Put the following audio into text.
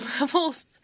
levels